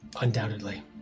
Undoubtedly